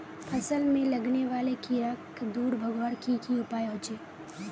फसल में लगने वाले कीड़ा क दूर भगवार की की उपाय होचे?